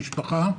עם המשפחה,